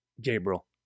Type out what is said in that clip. Gabriel